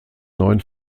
neuen